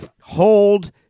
hold